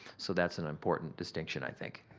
so, that's an important distinction i think.